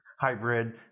hybrid